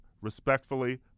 Respectfully